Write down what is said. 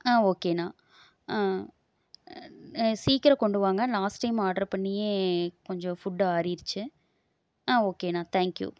ஓகேண்ணா சீக்கிரம் கொண்டு வாங்க லாஸ்ட் டைம் ஆட்ரு பண்ணியே கொஞ்சம் ஃபுட்டு ஆறிடுச்சு ஓகேண்ணா தேங்கியூ